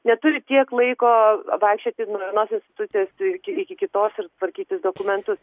neturi tiek laiko vaikščioti nuo vienos institucijos iki iki kitos ir tvarkytis dokumentus